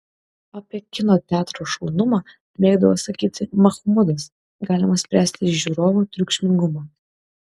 apie kino teatro šaunumą mėgdavo sakyti mahmudas galima spręsti iš žiūrovų triukšmingumo